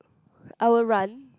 I will run